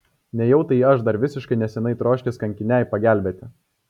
nejau tai aš dar visiškai neseniai troškęs kankinei pagelbėti